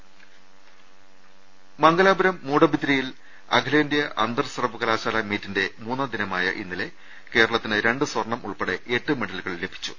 അക്ഷജക്ഷങ്ങൾ മംഗലാപുരം മൂഡബിദ്രിയിൽ അഖിലേന്ത്യാ അന്തർ സർവകലാശാല മീറ്റിന്റെ മൂന്നാം ദിനമായ ഇന്നലെ കേര ളത്തിന് രണ്ട് സ്വർണ്ണം ഉൾപ്പടെ എട്ട് മെഡലുകൾ ലഭി ച്ചു